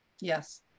yes